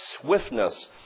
swiftness